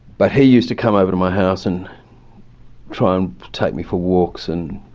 but he used to come over to my house and try and take me for walks and